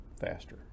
faster